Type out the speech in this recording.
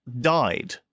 died